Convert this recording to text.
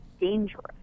dangerous